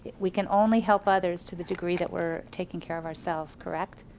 we can only help others to the degree that we're taking care of ourselves, correct.